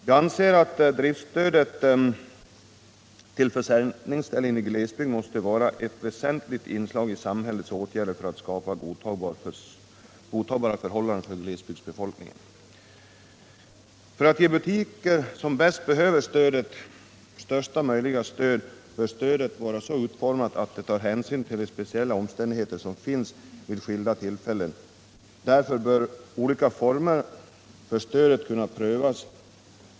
Jag anser att driftsstödet till försörjningsställe i glesbygd måste vara ett offentligt inslag i samhällets åtgärder för att skapa godtagbara förhållanden för glesbygdsbefolkningen. För att ge största möjliga stöd till de butiker som bäst behöver stödet, bör detta vara så utformat att det tar hänsyn till de speciella omständigheter som finns vid skilda tillfällen. Därför bör formerna på stödet kunna prövas.